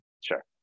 Sure